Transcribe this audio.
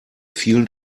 vielen